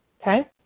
Okay